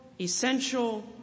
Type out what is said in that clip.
essential